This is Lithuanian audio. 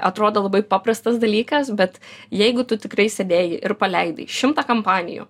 atrodo labai paprastas dalykas bet jeigu tu tikrai sėdėjai ir paleidai šimtą kampanijų